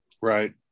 right